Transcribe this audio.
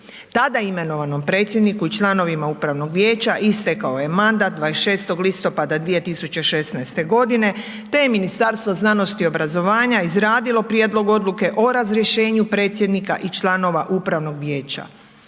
Tada imenovanom predsjedniku i članovima Upravnog vijeća istekao je mandat 26. listopada 2016. g. te je Ministarstvo znanosti i obrazovanja izradilo prijedlog odluke o razriješenu predsjednika i članova Upravnog vijeća,